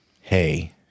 Hey